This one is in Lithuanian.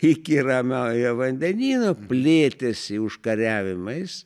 iki ramiojo vandenyno plėtėsi užkariavimais